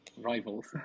Rivals